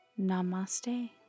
namaste